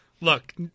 Look